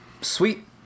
Sweet